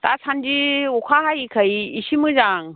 दासानदि अखा हायैखाय इसे मोजां